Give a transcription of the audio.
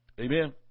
Amen